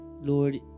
lord